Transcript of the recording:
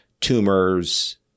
tumors